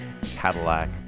Cadillac